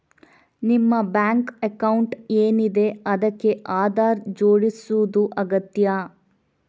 ನಿಮ್ಮ bank account ಏನಿದೆ ಅದಕ್ಕೆ ಆಧಾರ್ ಜೋಡಿಸುದು ಅಗತ್ಯ